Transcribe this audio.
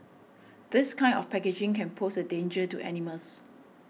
this kind of packaging can pose a danger to animals